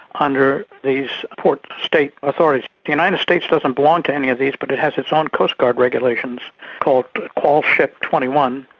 under these port-state authorities. the united states doesn't belong to any of these but it has its own coastguard regulations called qualship twenty one,